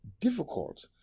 difficult